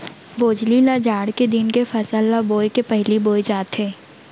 भोजली ल जाड़ के दिन के फसल ल बोए के पहिली बोए जाथे